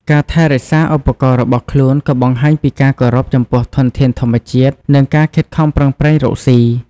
ការថែរក្សាឧបករណ៍របស់ខ្លួនក៏បង្ហាញពីការគោរពចំពោះធនធានធម្មជាតិ និងការខិតខំប្រឹងប្រែងរកស៊ី។